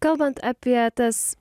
kalbant apie tas